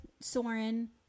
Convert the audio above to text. Soren